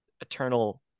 eternal